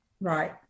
Right